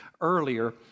earlier